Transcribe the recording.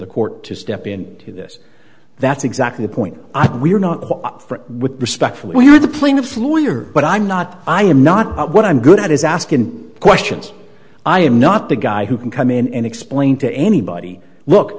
the court to step in to this that's exactly the point i think we are not with respect for we are the plaintiff's lawyer but i'm not i am not what i'm good at is asking questions i am not the guy who can come in and explain to anybody look